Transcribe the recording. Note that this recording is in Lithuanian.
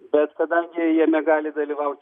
bet kadangi jame gali dalyvaut